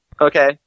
Okay